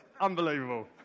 unbelievable